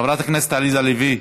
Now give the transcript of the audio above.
חברת הכנסת עליזה לביא,